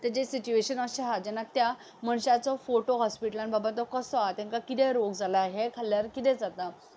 ताजें सिच्युएशन अशें आसा जेन्ना त्या मनशाचो फोटो हॉस्पिटलान बाबा तो कसो आसा तांकां किदें रोग जाला हें खाल्ल्यार किदें जाता